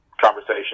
conversation